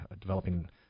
developing